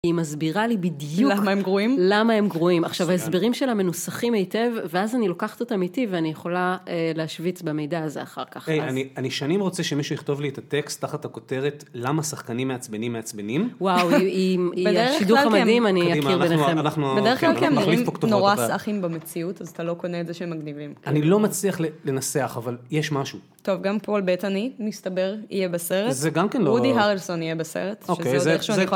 היא מסבירה לי בדיוק... למה הם גרועים? למה הם גרועים. עכשיו, ההסברים שלה מנוסחים היטב, ואז אני לוקחת אותם איתי ואני יכולה להשוויץ במידע הזה אחר כך. אני שנים רוצה שמישהו יכתוב לי את הטקסט תחת הכותרת "למה שחקנים מעצבנים מעצבנים". וואו, שידוך מדהים אני אכיר ביניכם. אנחנו נחליף פה כתובות. בדרך כלל אנחנו נורא סאחים במציאות, אז אתה לא קונה את זה שהם מגניבים. אני לא מצליח לנסח, אבל יש משהו. טוב, גם פול בטני, מסתבר, יהיה בסרט. זה גם כאילו... רודי הרלסון יהיה בסרט, שזה עוד איך שאני יכולה...